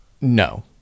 No